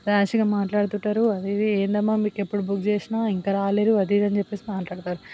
ర్యాష్గా మాట్లాడుతుంటారు అది ఇది ఏందమ్మా మీకు ఎప్పుడు బుక్ చేసినా ఇంకా రాలేదు అది ఇది అని చెప్పేసి మాట్లాడతారు